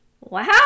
Wow